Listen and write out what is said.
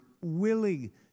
willing